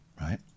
right